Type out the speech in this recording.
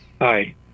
Hi